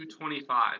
2.25